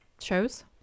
shows